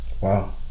Wow